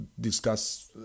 discuss